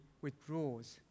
withdraws